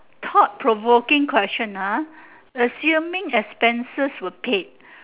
thought provoking question ah assuming expenses were paid